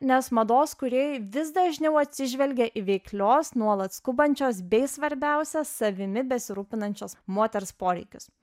nes mados kūrėjai vis dažniau atsižvelgia į veiklios nuolat skubančios bei svarbiausia savimi besirūpinančios moters poreikius